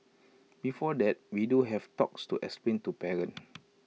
before that we do have talks to explain to parents